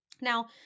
Now